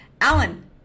Alan